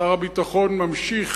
שר הביטחון ממשיך